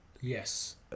yes